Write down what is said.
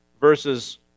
verses